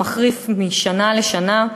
שמחריפים משנה לשנה,